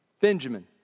Benjamin